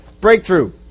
breakthrough